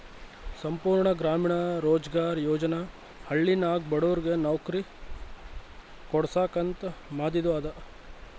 ಸಂಪೂರ್ಣ ಗ್ರಾಮೀಣ ರೋಜ್ಗಾರ್ ಯೋಜನಾ ಹಳ್ಳಿನಾಗ ಬಡುರಿಗ್ ನವ್ಕರಿ ಕೊಡ್ಸಾಕ್ ಅಂತ ಮಾದಿದು ಅದ